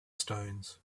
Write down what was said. stones